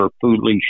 foolish